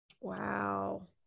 Wow